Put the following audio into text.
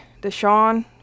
Deshaun